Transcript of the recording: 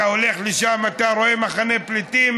אתה הולך לשם ואתה רואה מחנה פליטים